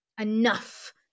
enough